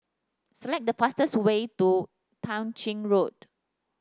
select the fastest way to Tah Ching Road